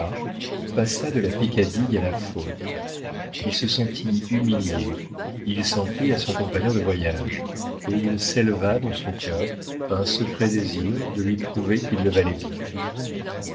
passa de la peccadille à la faute il se sentit humilié il s'en prit à son compagnon de voyage et il s'éleva dans son cœur un secret désir de lui prouver qu'il le valait bien